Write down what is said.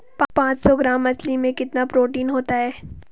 पांच सौ ग्राम मछली में कितना प्रोटीन होता है?